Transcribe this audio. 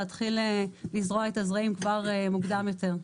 להתחיל לזרוע את הזרעים כבר מוקדם יותר.